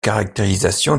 caractérisation